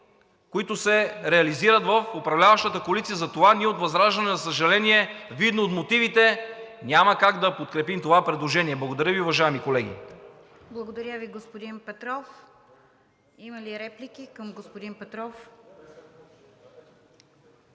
които се реализират в управляващата коалиция. Затова ние от ВЪЗРАЖДАНЕ, за съжаление, видно от мотивите, няма как да подкрепим това предложение. Благодаря Ви, уважаеми колеги. ПРЕДСЕДАТЕЛ РОСИЦА КИРОВА: Благодаря Ви, господин Петров. Има ли реплики към господин Петров?